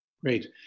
Great